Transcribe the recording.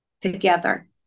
together